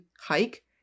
hike